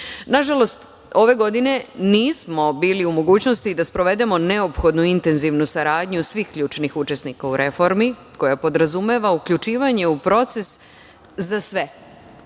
budžetu. Nažalost, ove godine nismo bili u mogućnosti da sprovedemo neophodnu intenzivnu saradnju svih ključnih učesnika u reformi koja podrazumeva uključivanje u proces za sve,